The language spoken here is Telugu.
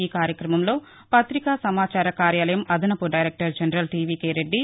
ఈ కార్యక్రమంలో పత్రికా సమాచార కార్యాలయం అదనపు డైరెక్టర్ జనరల్ టివికె రెడ్డి